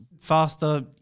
faster